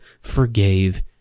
forgave